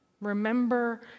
Remember